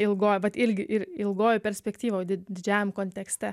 ilgoj vat ilgi ir ilgojoj perspektyvoj didžiajam kontekste